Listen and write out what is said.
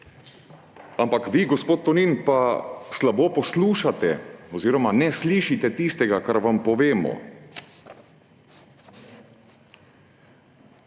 Ampak vi, gospod Tonin, pa slabo poslušate oziroma ne slišite tistega, kar vam povemo.